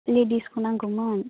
लेडिसखौ नांगौमोन